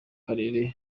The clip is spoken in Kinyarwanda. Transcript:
karere